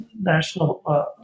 National